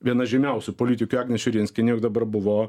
viena žymiausių politikių agnė širinskienė juk dabar buvo